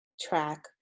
track